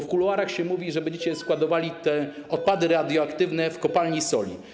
W kuluarach się mówi, że będziecie składowali te odpady radioaktywne w kopalni soli.